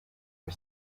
for